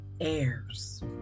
heirs